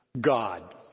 God